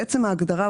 בעצם ההגדרה,